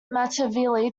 machiavelli